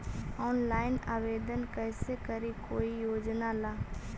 Online आवेदन कैसे करी कोई योजना ला?